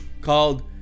called